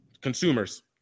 Consumers